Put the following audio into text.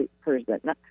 person